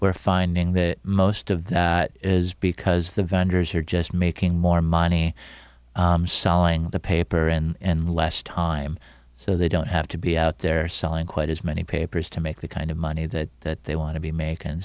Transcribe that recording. we're finding that most of that is because the vendors are just making more money selling the paper and less time so they don't have to be out there selling quite as many papers to make the kind of money that they want to be mak